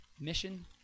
mission